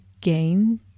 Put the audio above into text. gain